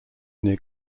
near